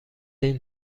این